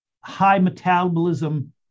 high-metabolism